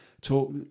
talk